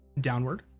downward